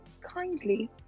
kindly